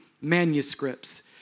manuscripts